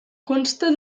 consta